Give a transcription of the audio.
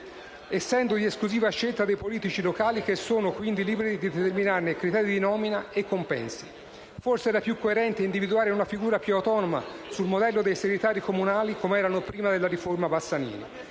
essendo di esclusiva scelta dei politici locali, che sono quindi liberi di determinarne criteri di nomina e compensi. Forse sarebbe stato più coerente individuare una figura più autonoma, sul modello dei segretari comunali come erano prima della riforma Bassanini.